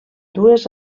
dues